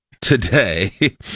today